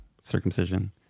circumcision